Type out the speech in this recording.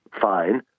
fine